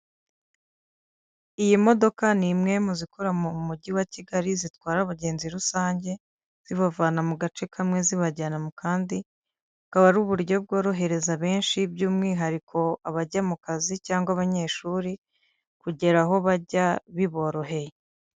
Iyi modoka n'imwe mu zikora mu mujyi wa Kigali zitwara abagenzi rusange zibavana mu gace kamwe zibajyana mu kandi, akaba ari uburyo bworohereza benshi by'umwihariko abajya mu kazi cyangwa abanyeshuri kugera aho bajya biboroheye.